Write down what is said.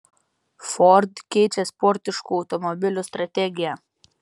ford keičia sportiškų automobilių strategiją